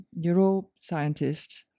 neuroscientist